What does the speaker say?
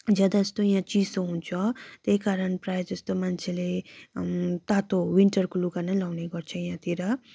ज्यादा जस्तो यहाँ चिसो हुन्छ त्यही कारण प्राय जस्तो मान्छेले तातो विन्टरको लुगा नै लगाउने गर्छ यहातिर